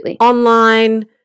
online